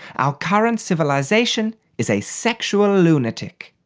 our current civilisation is a sexual lunatic.